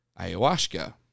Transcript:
ayahuasca